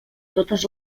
totes